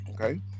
Okay